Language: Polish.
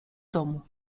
domu